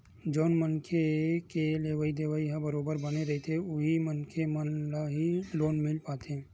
जउन मनखे के लेवइ देवइ ह बरोबर बने रहिथे उही मनखे मन ल ही लोन मिल पाथे